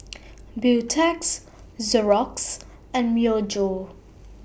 Beautex Xorex and Myojo